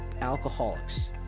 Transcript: alcoholics